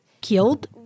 killed